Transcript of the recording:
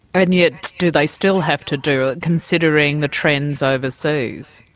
and yet do they still have to do it considering the trends overseas?